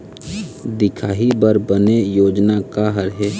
दिखाही बर बने योजना का हर हे?